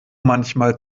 manchmal